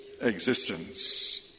existence